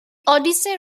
odyssey